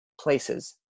places